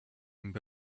built